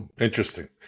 interesting